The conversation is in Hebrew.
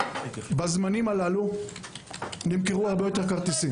בזמנים הללו נמכרו יותר מדי כרטיסים.